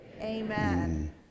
amen